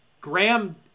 Graham